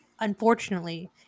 Unfortunately